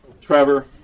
Trevor